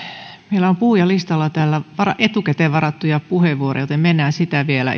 meillä on puhujalistalla täällä etukäteen varattuja puheenvuoroja joten mennään sitä vielä